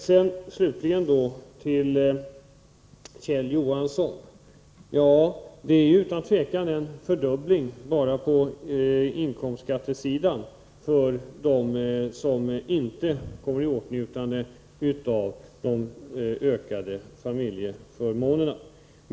Slutligen vill jag säga till Kjell Johansson, att det utan tvivel blir en fördubbling bara på inkomstsidan för dem som inte kommer i åtnjutande av de ökade familjeförmånerna.